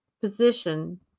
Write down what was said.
position